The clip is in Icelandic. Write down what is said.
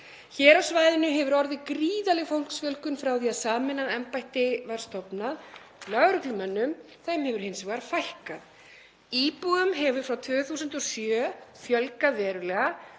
Hér á svæðinu hefur orðið gríðarleg fólksfjölgun frá því að sameinað embætti var stofnað en lögreglumönnum hefur hins vegar fækkað. Íbúum hefur frá 2007 fjölgað verulega,